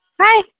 Hi